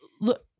look